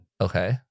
Okay